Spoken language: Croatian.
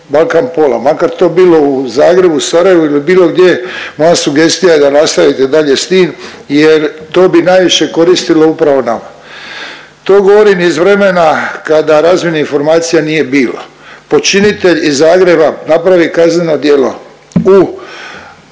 balkanpola makar to bilo u Zagrebu, Sarajevu ili bilo gdje moja sugestija je da nastavite dalje s tim jer to bi najviše koristilo upravo nama. To govorim iz vremena kada razmjena informacija nije bilo. Počinitelj iz Zagreba napravi kazneno djelo u Beogradu,